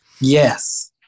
Yes